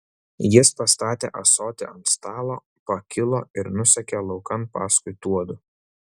jis pastatė ąsotį ant stalo pakilo ir nusekė laukan paskui tuodu